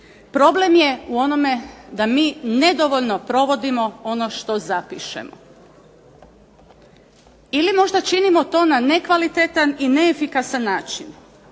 Problem je u onome da mi nedovoljno provodimo ono što zapišemo. Ili možda činimo to na nekvalitetan i neefikasan način,